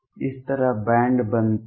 इस तरह बैंड बनते हैं